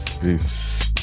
Peace